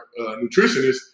nutritionist